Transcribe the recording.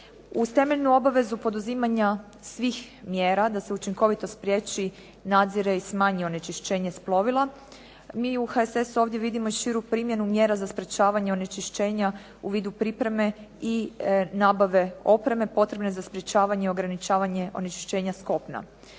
Uz temeljnu obavezu poduzimanja svih mjera, da se učinkovito spriječi, nadzire i smanji onečišćenje plovila, mi u HSS-u ovdje vidimo i širu primjenu mjera za sprečavanje onečišćenja u vidu pripreme i nabave opreme potrebne za sprečavanje i ograničavanje onečišćenja s kopna.